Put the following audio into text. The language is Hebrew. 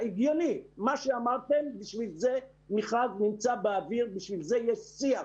מה שאמרתם, לכן מכרז נמצא באוויר, לכן יש שיח